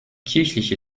kirchliche